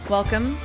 Welcome